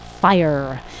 Fire